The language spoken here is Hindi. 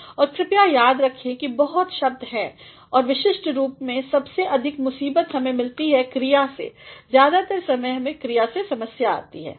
और कृपया याद रखें कि बहुत शब्द हैं और विशिष्ट रूप में सबसे अधिक मुसीबत हमें मिलती है क्रिया से ज्यादातर समय हमें क्रिया से समस्या आतीहै